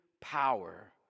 power